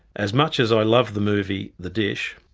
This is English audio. as much as i love the movie the dish,